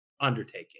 undertaking